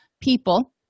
people